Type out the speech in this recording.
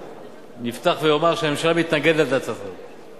אפתח ואומר שהממשלה מתנגדת להצעת החוק.